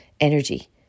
energy